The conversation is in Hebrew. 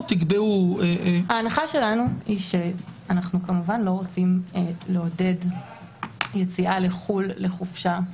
ההנחה שלנו שאנחנו כמובן לא רוצים לעודד יציאה לחו"ל לחופשה.